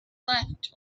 left